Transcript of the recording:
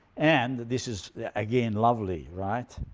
and this is again lovely, right?